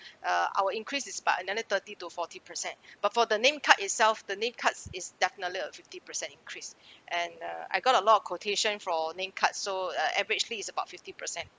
uh our increases is by another thirty to forty percent but for the name card itself the name cards is definitely a fifty percent increase and uh I got a lot of quotation for name card so uh averagely is about fifty percent